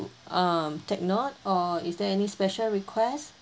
um take note or is there any special requests